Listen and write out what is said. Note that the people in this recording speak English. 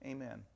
Amen